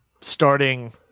starting